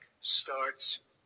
starts